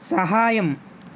సహాయం